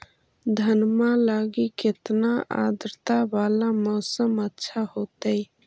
धनमा लगी केतना आद्रता वाला मौसम अच्छा होतई?